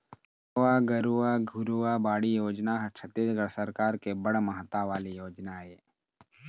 नरूवा, गरूवा, घुरूवा, बाड़ी योजना ह छत्तीसगढ़ सरकार के बड़ महत्ता वाले योजना ऐ